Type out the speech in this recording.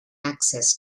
access